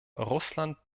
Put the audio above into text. russland